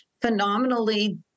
phenomenally